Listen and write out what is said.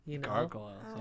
Gargoyles